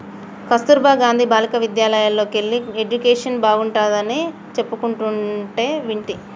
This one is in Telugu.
కస్తుర్బా గాంధీ బాలికా విద్యాలయల్లోకెల్లి ఎడ్యుకేషన్ బాగుంటాడని చెప్పుకుంటంటే వింటి